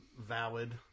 valid